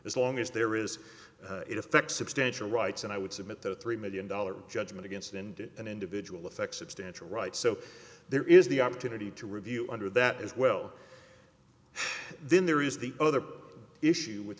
as long as there is in effect substantial rights and i would submit that three million dollars judgment against and an individual effects instanter right so there is the opportunity to review under that as well then there is the other issue with